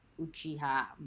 uchiha